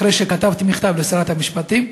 אחרי שכתבתי מכתב לשרת המשפטים,